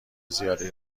زیادی